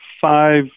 five